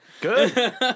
Good